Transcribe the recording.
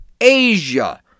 Asia